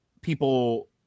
people